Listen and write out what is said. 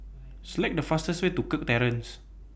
Select The fastest Way to Kirk Terrace